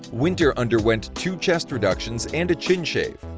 winter underwent two chest reductions and a chin shave!